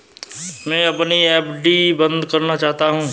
मैं अपनी एफ.डी बंद करना चाहता हूँ